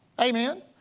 Amen